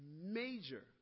major